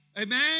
Amen